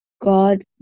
God